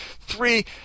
Three